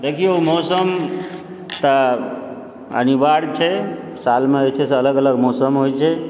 देखियौ मौसम तऽ अनिवार्य छै सालमे जे छै से अलग अलग मौसम होइत छै